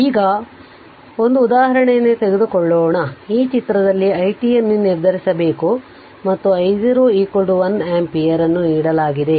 ಆದ್ದರಿಂದ ಈಗ 1 ಉದಾಹರಣೆಯನ್ನು ತೆಗೆದುಕೊಳ್ಳೋಣ ಈ ಚಿತ್ರದಲ್ಲಿ i t ಅನ್ನು ನಿರ್ಧರಿಸಬೇಕು ಮತ್ತು I0 1 ಆಂಪಿಯರ್ ಅನ್ನು ನೀಡಲಾಗಿದೆ